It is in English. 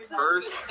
first